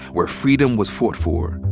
where freedom was fought for,